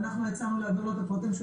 ואנחנו הצענו להעביר לו את הפרטים שהוא